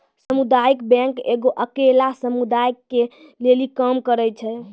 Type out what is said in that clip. समुदायिक बैंक एगो अकेल्ला समुदाय के लेली काम करै छै